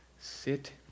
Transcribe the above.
sit